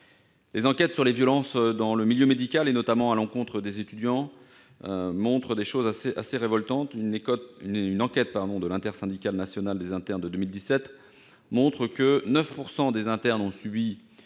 Les enquêtes sur les violences dans le milieu médical, notamment à l'encontre des étudiants, montrent des choses assez révoltantes. Une enquête de l'intersyndicale nationale des internes de 2017 fait apparaître que 9 % des internes ont subi